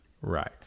Right